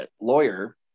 lawyer